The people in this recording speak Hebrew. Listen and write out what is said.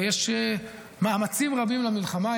ויש מאמצים רבים למלחמה,